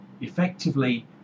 effectively